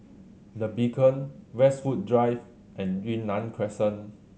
The Beacon Westwood Drive and Yunnan Crescent